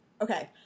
Okay